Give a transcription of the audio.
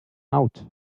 out